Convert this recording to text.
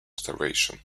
starvation